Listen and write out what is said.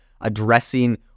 addressing